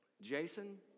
Jason